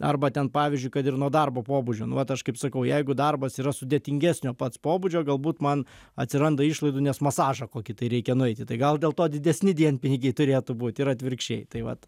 arba ten pavyzdžiui kad ir nuo darbo pobūdžio nu vat aš kaip sakau jeigu darbas yra sudėtingesnio pats pobūdžio galbūt man atsiranda išlaidų nes masažą kokį tai reikia nueiti tai gal dėl to didesni dienpinigiai turėtų būti ir atvirkščiai tai vat